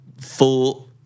full